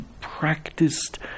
practiced